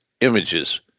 images